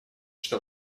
что